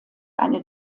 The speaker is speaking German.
eine